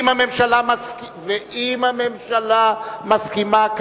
ואם הממשלה מסכימה,